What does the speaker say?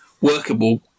workable